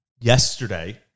yesterday